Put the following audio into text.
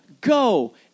go